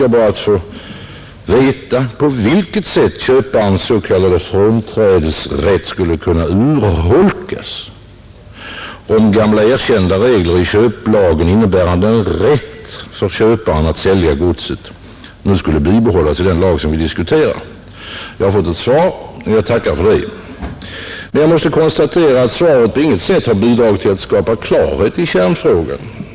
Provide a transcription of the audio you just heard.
Jag bad att få veta på vilket sätt köparens s.k, frånträdanderätt skulle kunna urholkas om gamla, erkända regler i köplagen innebärande en rätt för köparen att sälja godset skulle bibehållas i den lag som vi nu diskuterar. Jag har fått ett svar, och jag tackar för det. Emellertid måste jag konstatera att svaret på intet sätt bidragit till att skapa klarhet i kärnfrågan.